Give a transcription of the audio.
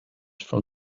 from